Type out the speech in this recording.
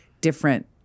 different